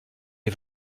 les